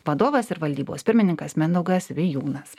vadovas ir valdybos pirmininkas mindaugas vijūnas